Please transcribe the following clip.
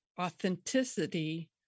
authenticity